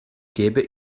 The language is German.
gebe